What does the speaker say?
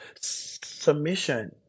submission